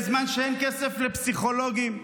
בזמן שאין כסף לפסיכולוגים.